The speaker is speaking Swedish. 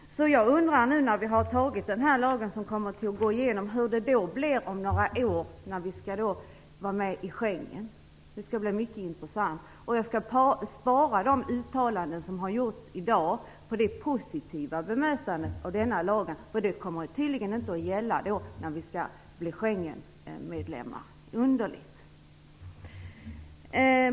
Jag undrar hur det blir några år efter det att vi har antagit denna lag och går med i Schengensamarbetet. Det skall bli mycket intressant att se. Jag skall spara de uttalanden som har gjorts i dag med ett positivt bemötande av denna lag. Den kommer tydligen inte att gälla när vi blir Schengenmedlemmar. Det är underligt.